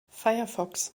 firefox